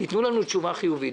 תיתנו לנו תשובה חיובית.